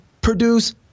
produce